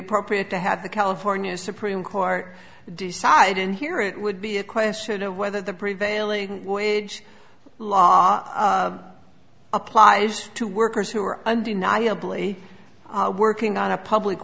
appropriate to have the california supreme court decide in here it would be a question of whether the prevailing wage law applies to workers who are undeniably working on a public